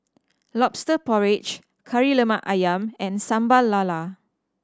Lobster Porridge Kari Lemak Ayam and Sambal Lala